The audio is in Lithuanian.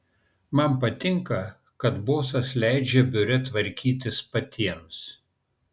man patinka kad bosas leidžia biure tvarkytis patiems